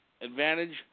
advantage